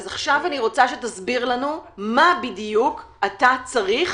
אז עכשיו אני רוצה שתסביר לנו מה בדיוק אתה צריך